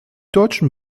deutschen